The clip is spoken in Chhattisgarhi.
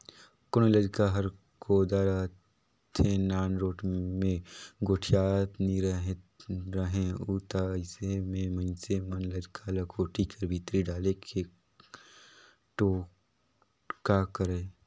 कोनो लरिका हर कोदा रहथे, नानरोट मे गोठियात नी रहें उ ता अइसे मे मइनसे मन लरिका ल कोठी कर भीतरी डाले के टोटका करय